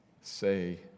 say